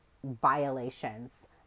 violations